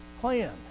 plan